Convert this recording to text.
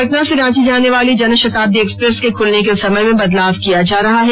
पटना से रांची जाने वाली जनशताब्दी एक्सप्रेस के खुलने के समय में बदलाव किया जा रहा है